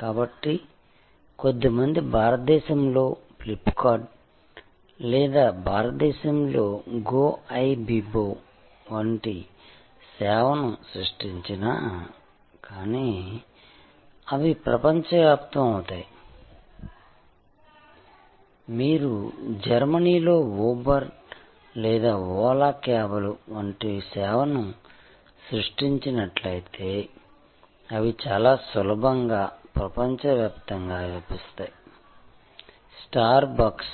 కాబట్టి కొద్దిమంది భారతదేశంలో ఫ్లిప్కార్ట్ లేదా భారతదేశంలో గోఐబిబో వంటి సేవను సృష్టించినా కానీ అవి ప్రపంచవ్యాప్తం అవుతాయి మీరు జర్మనీలో ఊబర్ లేదా ఓలా క్యాబ్లు వంటి సేవను సృష్టించినట్లయితే అవి చాలా సులభంగా ప్రపంచవ్యాప్తంగా వ్యాపిస్తాయి స్టార్ బక్స్